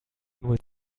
nur